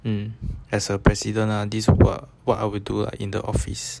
mm as a president ha these were what are will do lah in the office